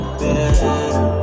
better